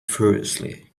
furiously